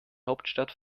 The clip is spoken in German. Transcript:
hauptstadt